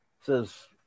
says